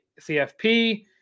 CFP